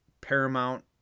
paramount